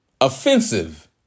Offensive